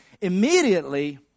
Immediately